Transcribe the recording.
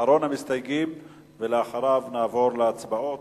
אחרון המסתייגים, ואחריו נעבור להצבעות.